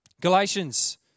Galatians